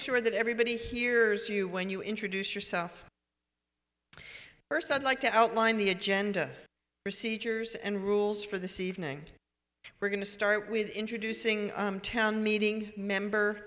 sure that everybody hears you when you introduce yourself first i'd like to outline the agenda procedures and rules for the c evening we're going to start with introducing town meeting member